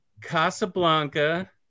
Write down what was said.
Casablanca